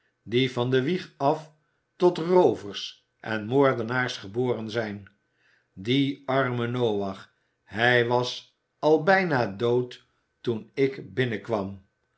die van de wieg af tot roovers en moordenaars geboren zijn die arme noach hij was al bijna dood toen ik binnenkwam